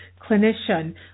clinician